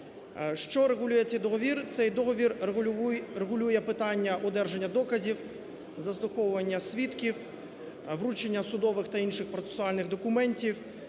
Що регулює цей договір? Цей договір регулює питання одержання доказів, заслуховування свідків, вручення судових та інших процесуальних документів,